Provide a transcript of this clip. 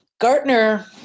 Gartner